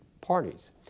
parties